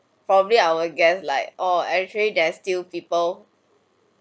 probably I will guest like or actually there is still people